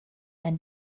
and